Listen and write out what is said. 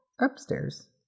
Upstairs